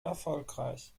erfolgreich